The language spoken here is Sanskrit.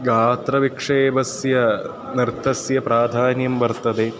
गात्रविक्षेपस्य नृत्तस्य प्राधान्यं वर्तते